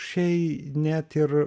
šiai net ir